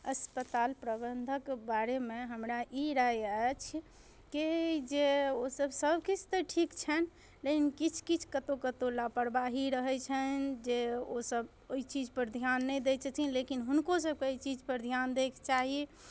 अस्पताल प्रबन्धक बारेमे हमरा ई राय अछि कि जे ओसभ सभकिछु तऽ ठीक छनि लेकिन किछु किछु कतहु कतहु लापरवाही रहै छनि जे ओसभ ओहि चीजपर ध्यान नहि दै छथिन लेकिन हुनको सभकेँ एहि चीजपर ध्यान दै के चाही